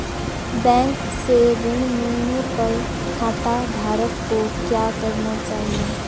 Bank से ऋण मिलने पर खाताधारक को क्या करना चाहिए?